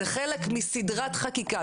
זה חלק מסדרת חקיקה.